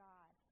God